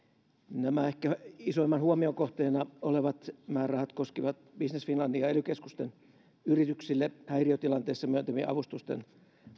nämä ehkä isoimman huomion kohteena olevat määrärahat koskivat business finlandin ja ely keskusten yrityksille häiriötilanteessa myöntämien avustusten